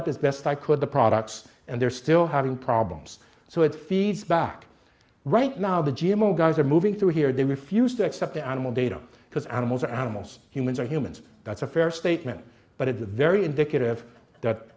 up as best i could the products and they're still having problems so it feeds back right now the g m o guys are moving through here they refused to accept the animal data because animals are most humans are humans that's a fair statement but at the very indicative that